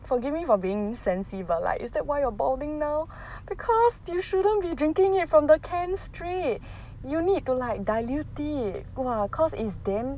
forgive me for being sensi but like is that why you are balding now because you shouldn't be drinking it from the can straight you need to like dilute it !wah! cause it's damn